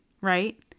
right